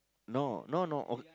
no no no ok~